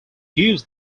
use